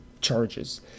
charges